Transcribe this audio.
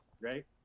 Right